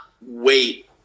wait